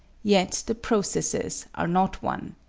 yet the processes are not one.